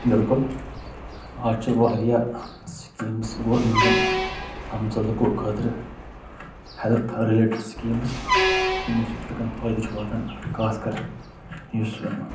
بِلکُل آز چھِ واریاہ سِکیٖمٕز گورمٮ۪نٛٹَن تھَمژٕ لُکو خٲطرٕ ہٮ۪لٕتھ رٕلیٹٕڈ سِکیٖمٕز یِمو سۭتۍ لُکَن فٲیدٕ چھُ واتان خاص کَر یُس